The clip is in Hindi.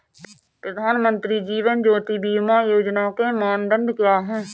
प्रधानमंत्री जीवन ज्योति बीमा योजना के मानदंड क्या हैं?